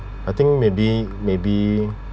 I think maybe maybe